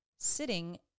sitting